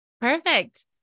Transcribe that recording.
Perfect